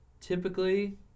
typically